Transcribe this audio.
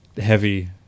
heavy